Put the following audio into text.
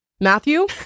matthew